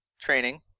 Training